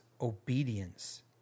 obedience